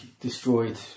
destroyed